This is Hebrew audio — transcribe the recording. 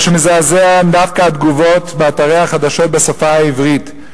מה שמזעזע הן דווקא התגובות באתרי החדשות בשפה העברית.